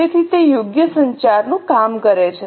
તેથી તે યોગ્ય સંચારનું કામ કરે છે